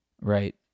Right